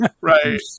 right